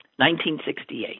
1968